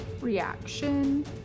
reaction